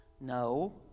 No